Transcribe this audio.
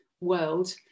world